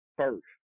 first